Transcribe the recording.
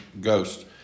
ghosts